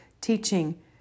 teaching